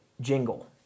jingle